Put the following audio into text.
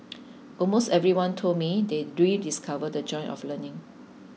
almost everyone told me they rediscovered the joy of learning